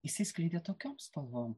išsiskleidė tokiom spalvom